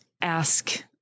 ask